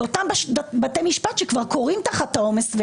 ואותם בתי משפט שכבר כורעים תחת העומס,